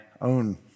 own